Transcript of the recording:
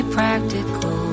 practical